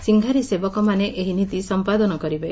ସିଂହାରୀ ସେବକମାନେ ଏହି ନୀତି ସଂପାଦନ କରିବେ